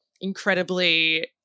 incredibly